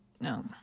No